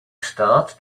start